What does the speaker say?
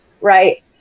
Right